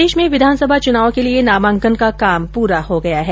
प्रदेश में विधानसभा चुनाव के लिये नामांकन का काम पूरा हो गया है